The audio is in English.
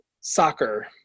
soccer